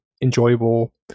enjoyable